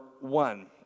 one